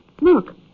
Look